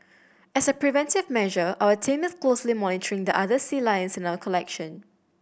as a preventive measure our team is closely monitoring the other sea lions in our collection